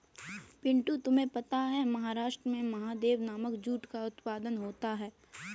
पिंटू तुम्हें पता है महाराष्ट्र में महादेव नामक जूट का उत्पादन होता है